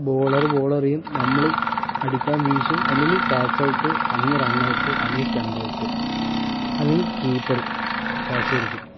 bowler ball എറിയും നമ്മള് അടിക്കാൻ വീശും ഒന്നുമില്ലെങ്കിൽ ക്യാച്ച് ഔട്ട് അല്ലെങ്കിൽ റൺ ഔട്ട് അല്ലെങ്കിൽ സ്റ്റമ്പ് ഔട്ട് അല്ലെങ്കിൽ കീപ്പർ ക്യാച്ച് പിടിക്കും